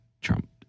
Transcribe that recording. Trump